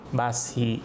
basi